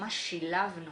ממש שילבנו